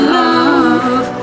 love